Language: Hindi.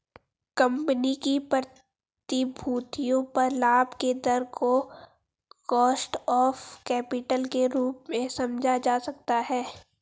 कंपनी की प्रतिभूतियों पर लाभ के दर को कॉस्ट ऑफ कैपिटल के रूप में समझा जा सकता है